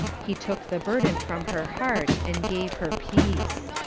he took the burden from her heart and gave her peace.